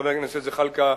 חבר הכנסת זחאלקה,